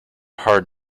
hard